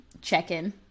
check-in